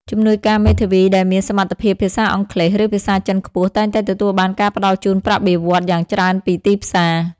ជំនួយការមេធាវីដែលមានសមត្ថភាពភាសាអង់គ្លេស ឬភាសាចិនខ្ពស់ តែងតែទទួលបានការផ្តល់ជូនប្រាក់បៀវត្សរ៍យ៉ាងច្រើនពីទីផ្សារ។